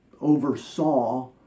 oversaw